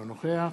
אינו נוכח